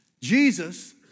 Jesus